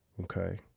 Okay